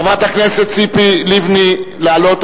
חברת הכנסת ציפי לבני, לעלות.